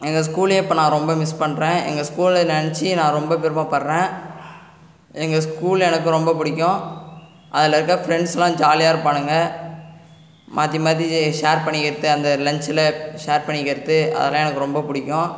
எங்கள் ஸ்கூலையே இப்போ நான் ரொம்ப மிஸ் பண்ணுறேன் எங்கள் ஸ்கூலை நினச்சி நான் ரொம்ப பெருமைப்படறேன் எங்கள் ஸ்கூல் எனக்கு ரொம்ப பிடிக்கும் அதில் இருக்க ஃபிரண்ட்ஸ்லாம் ஜாலியாக இருப்பானுங்க மாற்றி மாற்றி ஷேர் பண்ணிக்கிறது அந்த லஞ்ச்சில் ஷேர் பண்ணிக்கிறது அதெல்லாம் எனக்கு ரொம்ப பிடிக்கும்